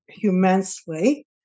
immensely